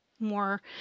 more